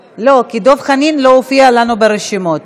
לא, כי דב חנין לא הופיע לנו ברשימות.